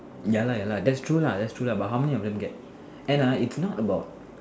ya lah ya lah but how many of them get and ah it's not about